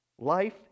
Life